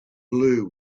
blue